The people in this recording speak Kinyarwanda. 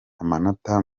amanota